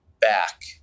back